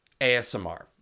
ASMR